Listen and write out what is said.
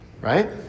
right